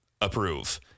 approve